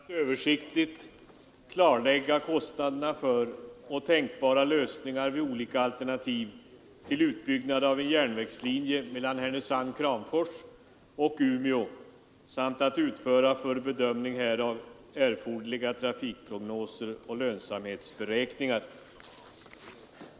Fru talman! Den 17 november i fjol uppdrog Kungl. Maj:t åt SJ att översiktligt klarlägga kostnaderna för och tänkbara lösningar vid olika alternativ till utbyggnad av en järnvägslinje mellan Härnösand, Kramfors och Umeå samt att utföra för bedömning härav erforderliga trafikprognoser och lönsamhetsberäkningar.